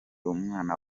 umwana